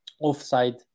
offside